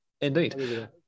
Indeed